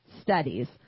studies